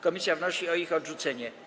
Komisja wnosi o ich odrzucenie.